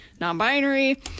non-binary